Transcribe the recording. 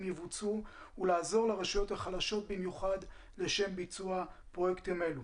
יבוצעו ולעזור לרשויות החלשות במיוחד לשם ביצוע פרויקטים אלו.